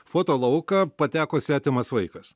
foto lauką pateko svetimas vaikas